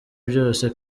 byose